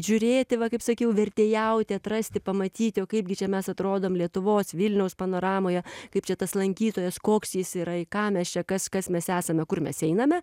žiūrėti va kaip sakiau vertėjauti atrasti pamatyti o kaipgi čia mes atrodom lietuvos vilniaus panoramoje kaip čia tas lankytojas koks jis yra į ką mes čia kas kas mes esame kur mes einame